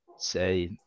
say